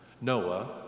Noah